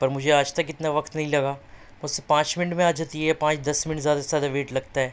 پر مجھے آج تک اتنا وقت نہیں لگا بس پانچ منٹ میں آ جاتی ہے پانچ دس منٹ زیادہ سے زیادہ ویٹ لگتا ہے